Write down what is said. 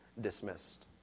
dismissed